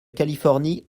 californie